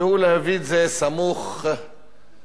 והם להביא את זה סמוך לבחירות.